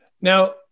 Now